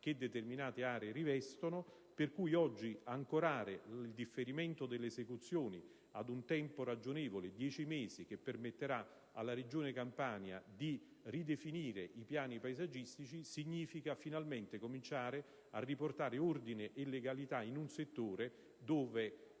che determinate aree rivestono. Pertanto, ancorare oggi il differimento delle esecuzioni ad un tempo ragionevole - dieci mesi - che permetterà alla Regione Campania di ridefinire i piani paesaggistici, significa cominciare finalmente a riportare ordine e legalità in un settore dove